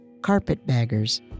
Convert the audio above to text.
Carpetbaggers